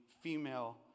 female